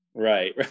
Right